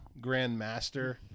grandmaster